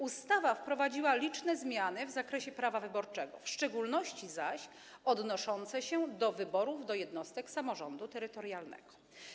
Ustawa wprowadziła liczne zmiany w zakresie prawa wyborczego, w szczególności zaś odnoszące się do wyborów do jednostek samorządu terytorialnego.